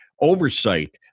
oversight